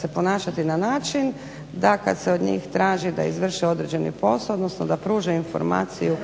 se ponašati na način da kada se od njih traži da izvrše određeni posao odnosno da pruže informaciju